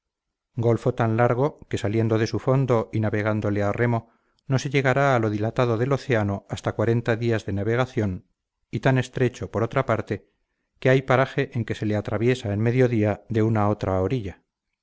golfo tan largo que saliendo de su fondo y navegándole a remo no se llegará a lo dilatado del océano hasta cuarenta días de navegación y tan estrecho por otra parte que hay paraje en que se le atraviesa en medio día de una a otra orilla